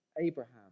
Abraham